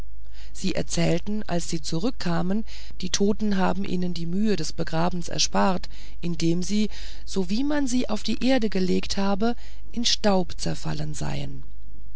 sie erzählten als sie zurückkamen die toten haben ihnen die mühe des begrabens erspart indem sie sowie man sie auf die erde gelegt habe in staub zerfallen seien